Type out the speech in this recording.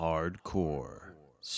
Hardcore